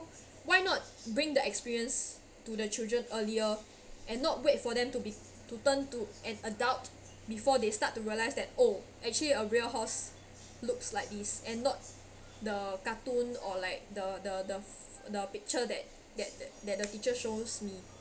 why not bring the experience to the children earlier and not wait for them to be to turn to an adult before they start to realise that oh actually a real horse looks like this and not the cartoon or like the the the the picture that that that that the teacher shows me